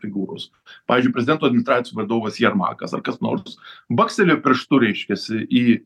figūros pavyzdžiui prezidento administracijos vadovas jermakas ar kas nors bakstelėjo pirštu reiškiasi į